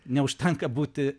neužtenka būti